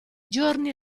giorni